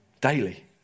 daily